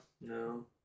No